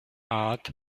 art